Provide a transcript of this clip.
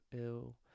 ill